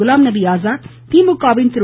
Ghulam Nabi Azad திமுக win திரு